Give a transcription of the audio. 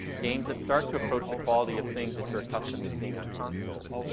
games that start to approach the quality of things that you're accustomed to seeing on consoles,